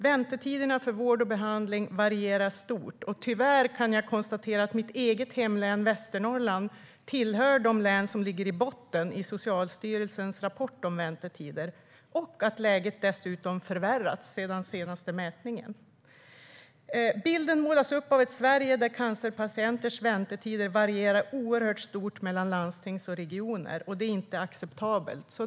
Väntetiderna för vård och behandling varierar stort, och tyvärr kan jag konstatera att mitt hemlän Västernorrland tillhör de län som ligger i botten i Socialstyrelsens rapport om väntetider och att läget dessutom förvärrats sedan den senaste mätningen. Bilden målas upp av ett Sverige där cancerpatienters väntetider varierar oerhört mycket mellan landsting och regioner. Det är inte acceptabelt.